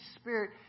Spirit